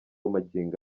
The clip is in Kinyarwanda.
magingo